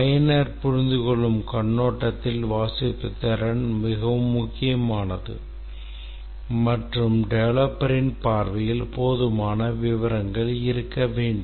பயனர் புரிந்துகொள்ளும் கண்ணோட்டத்தில் வாசிப்புத்திறன் மிகவும் முக்கியமானது மற்றும் டெவலப்பரின் பார்வையில் போதுமான விவரங்கள் இருக்க வேண்டும்